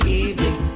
evening